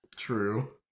true